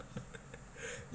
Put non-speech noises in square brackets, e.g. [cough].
[laughs]